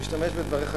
אני משתמש בדבריך,